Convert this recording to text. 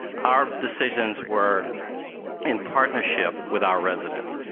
our decisions were in partnership with our residents.